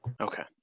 Okay